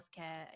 healthcare